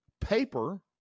paper